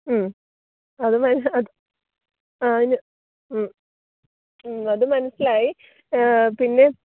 മ് അത് മനസിൽ ആ അത് മനസിലായി പിന്നെ